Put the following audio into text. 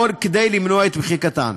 או כדי למנוע את מחיקתן.